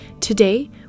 Today